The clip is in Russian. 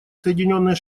соединенные